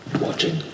watching